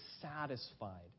satisfied